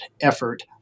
effort